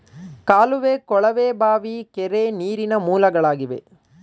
ಕಾಲುವೆ, ಕೊಳವೆ ಬಾವಿ, ಕೆರೆ, ನೀರಿನ ಮೂಲಗಳಾಗಿವೆ